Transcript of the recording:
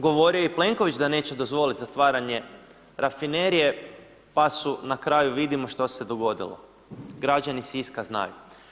Govorio je i Plenković da neće dozvolit zatvaranje rafinerije pa su, na kraju vidimo što se dogodilo, građani Siska znaju.